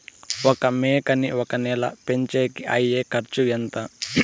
ఒక మేకని ఒక నెల పెంచేకి అయ్యే ఖర్చు ఎంత?